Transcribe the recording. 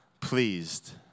pleased